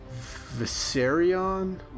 Viserion